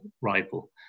rival